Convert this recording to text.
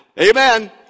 Amen